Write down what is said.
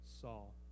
Saul